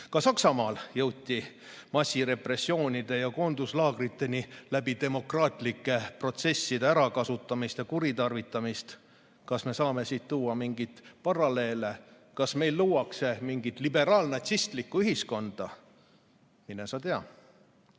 Ka Saksamaal jõuti massirepressioonide ja koonduslaagriteni pärast demokraatlike protsesside ärakasutamist ja kuritarvitamist. Kas me saame siit tuua mingeid paralleele? Kas meil luuakse mingit liberaalnatsistlikku ühiskonda? Mine sa tea.